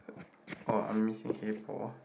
oh I'm missing hey Paul